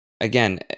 again